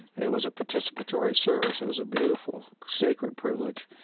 it was a participatory service. it was a beautiful, sacred privilege.